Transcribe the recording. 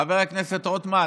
חבר הכנסת רוטמן,